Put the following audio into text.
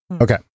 Okay